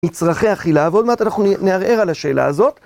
מצרכי אכילה ועוד מעט אנחנו נערער על השאלה הזאת.